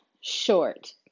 Short